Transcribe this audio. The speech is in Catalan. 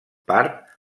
part